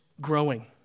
growing